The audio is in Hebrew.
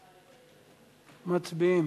מצביעים.